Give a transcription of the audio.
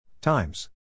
Times